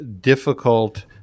difficult